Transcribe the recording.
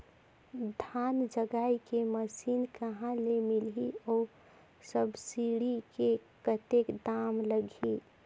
धान जगाय के मशीन कहा ले मिलही अउ सब्सिडी मे कतेक दाम लगही?